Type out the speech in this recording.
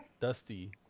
Dusty